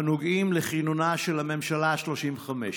הנוגעים לכינונה של הממשלה השלושים-וחמש.